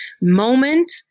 moment